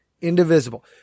indivisible